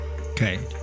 Okay